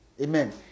Amen